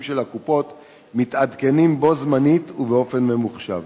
של הקופות מתעדכנים בו-זמנית ובאופן ממוחשב.